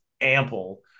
ample